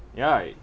ya